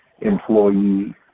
employee